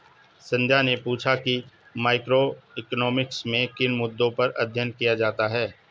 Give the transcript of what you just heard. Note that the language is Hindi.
संध्या ने पूछा कि मैक्रोइकॉनॉमिक्स में किन मुद्दों पर अध्ययन किया जाता है